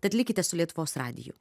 tad likite su lietuvos radiju